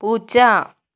പൂച്ച